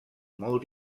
molt